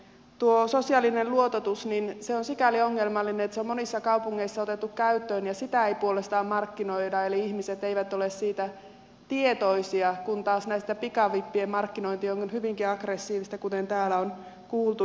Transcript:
tuo sosiaalinen luototus on sikäli ongelmallinen että se on monissa kaupungeissa otettu käyttöön mutta sitä ei puolestaan markkinoida eli ihmiset eivät ole siitä tietoisia kun taas näiden pikavippien markkinointi on hyvinkin aggressiivista kuten täällä on kuultu